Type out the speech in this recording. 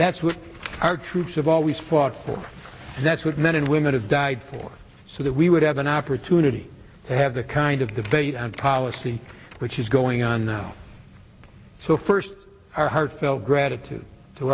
that's what our troops have always fought for that's what men and women have died for so that we would have an opportunity to have the kind of the policy which is going on now so first our heartfelt gratitude t